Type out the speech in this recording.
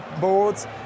boards